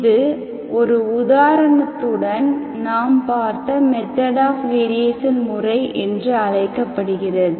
இது ஒரு உதாரணத்துடன் நாம் பார்த்த மெத்தட் ஆப் வேரியேஷன் முறை என்று அழைக்கப்படுகிறது